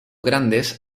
grandes